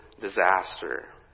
disaster